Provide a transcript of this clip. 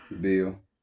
Bill